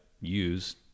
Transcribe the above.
use